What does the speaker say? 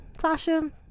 sasha